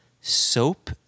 soap